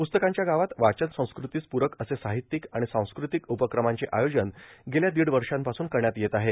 प्रस्तकांच्या गावात वाचन संस्कृतीस पूरक असे सार्ाहत्यिक आर्ाण सांस्कृतिक उपक्रमाचे आयोजन गेल्या दोड वषापासून करण्यात येत आहे